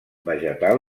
vegetal